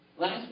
Last